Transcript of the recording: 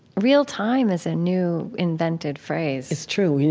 real time is a new invented phrase it's true.